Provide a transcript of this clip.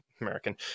American